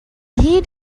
heat